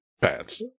pants